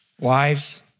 Wives